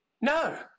No